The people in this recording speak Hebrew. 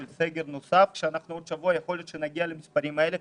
בסגר נוסף של חודש כאשר יכול להיות שבעוד שבוע נגיע למספרים האלה?